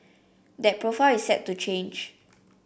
that profile is set to change